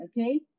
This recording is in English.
Okay